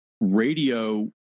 radio